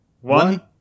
one